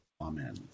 amen